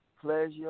pleasure